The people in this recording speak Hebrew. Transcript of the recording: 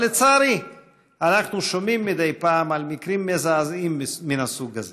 אבל לצערי אנחנו שומעים מדי פעם על מקרים מזעזעים מן הסוג הזה.